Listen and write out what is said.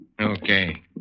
Okay